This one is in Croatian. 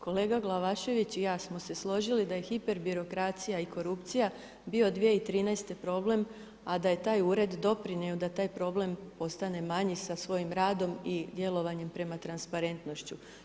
Kolega Glavašević i ja smo se složili da je hiperbirokracija i korupcija bio 2013. problem, a da je taj ured doprinio da taj problem postane manji sa svojim radom i djelovanjem prema transparentnošću.